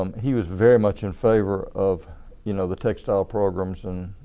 um he was very much in favor of you know the textile programs and